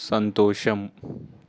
సంతోషం